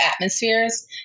atmospheres